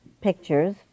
pictures